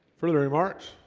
for the remarks